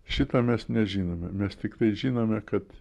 šito mes nežinome mes tiktai žinome kad